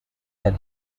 where